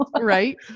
Right